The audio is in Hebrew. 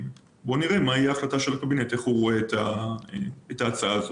בוא נראה מה תהיה ההחלטה של הקבינט ואיך הוא רואה את ההצעה הזאת.